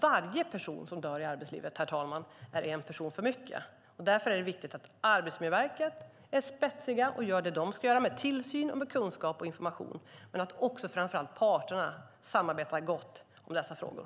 Varje person som dör i arbetslivet, herr talman, är en person för mycket. Därför är det viktigt att Arbetsmiljöverket är spetsigt och gör det verket ska göra med tillsyn, kunskap och information men också att parterna samarbetar väl om dessa frågor.